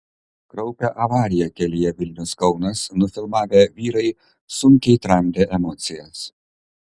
kraupią avariją kelyje vilnius kaunas nufilmavę vyrai sunkiai tramdė emocijas